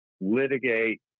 litigate